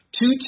two